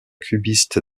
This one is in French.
cubiste